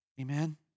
Amen